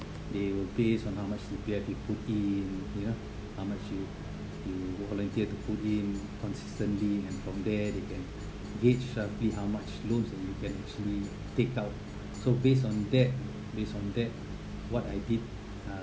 they will based on how much the P_I_P put in you know how much you you volunteer to put in consistently and from there they can gauge sharply how much loans that you can actually take out so based on that based on that what I did uh